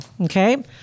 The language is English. Okay